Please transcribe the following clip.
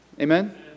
Amen